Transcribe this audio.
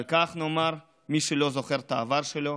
על כך נאמר: מי שלא זוכר את העבר שלו,